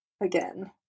again